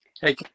Hey